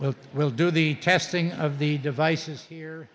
will will do the testing of the devices here